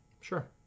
Sure